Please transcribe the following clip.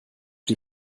die